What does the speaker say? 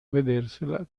vedersela